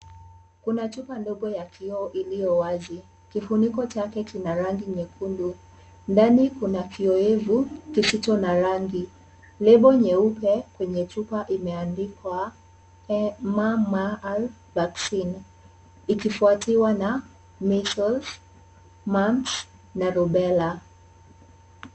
Kuna chupa ndogo ya kioo iliyowazi. Kifuniko chake kina rangi nyekundu, ndani kuna kiowevu kisicho na rangi. Lebo nyeupe kwenye chupa imeandikwa MMR vaccine ikifuatiwa na [cs measles, mumps na rubella.